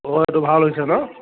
অঁ এইটো ভাল হৈছে ন